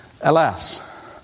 alas